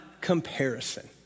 comparison